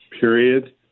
period